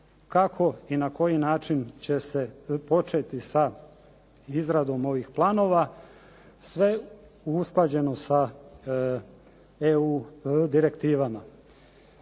kako i na koji način će se početi sa izradom ovih planova, sve usklađeno sa EU direktivama.